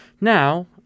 Now